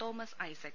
Thomas Isaac